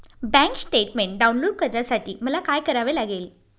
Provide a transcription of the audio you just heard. Bank statement download करण्यासाठी मला काय करावे लागेल?